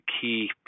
key